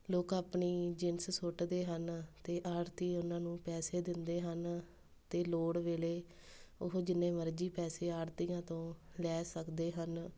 ਲੋਕ ਆਪਣੀ ਜਿਨਸ ਸੁੱਟ ਦੇ ਹਨ ਅਤੇ ਆੜਤੀਏ ਉਹਨਾਂ ਨੂੰ ਪੈਸੇ ਦਿੰਦੇ ਹਨ ਤੇ ਲੋੜ ਵੇਲੇ ਉਹ ਜਿੰਨੇ ਮਰਜ਼ੀ ਪੈਸੇ ਆੜਤੀਆਂ ਤੋਂ ਲੈ ਸਕਦੇ ਹਨ